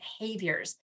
behaviors